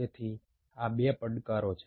તેથી આ 2 પડકારો છે